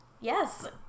Yes